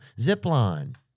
zipline